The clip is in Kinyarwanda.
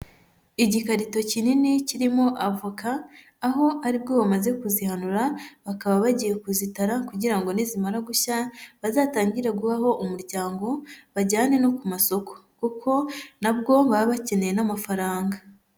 Igikarito kinini kirimo avoka aho ari bwo bamaze kuzihanura, bakaba bagiye kuzitara kugira ngo nizimara gushya bazatangire guhaho umuryango bajyane no ku masoko kuko na bwo baba bakeneye n'amafaranga.